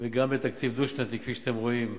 וגם בתקציב דו-שנתי, כפי שאתם רואים,